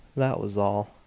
that was all.